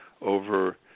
over